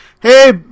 Hey